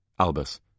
Albus